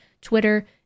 Twitter